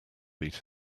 beat